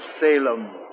Salem